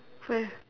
where